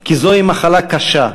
כי זוהי מחלה קשה,